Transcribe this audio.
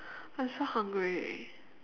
I'm so hungry